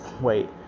wait